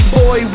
boy